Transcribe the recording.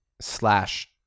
slash